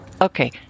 Okay